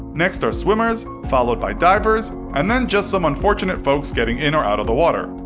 next are swimmers, followed by divers, and then just some unfortunate folks getting in or out of the water.